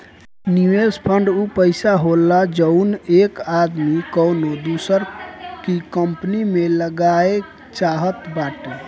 निवेस फ़ंड ऊ पइसा होला जउन एक आदमी कउनो दूसर की कंपनी मे लगाए चाहत बाटे